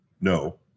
no